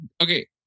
okay